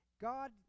God